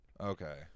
Okay